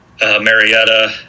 Marietta